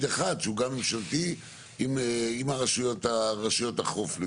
אחד שהוא גם ממשלתי עם רשויות החוף?